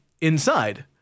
Inside